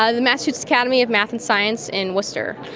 ah the massachusetts academy of math and science in worcester.